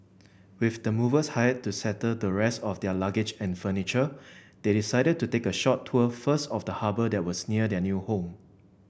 with the movers hired to settle the rest of their luggage and furniture they decided to take a short tour first of the harbour that was near their new home